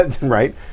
right